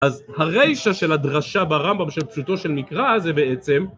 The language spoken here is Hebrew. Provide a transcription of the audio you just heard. אז הריישה של הדרשה ברמב"ם של פשוטו של מקרא זה בעצם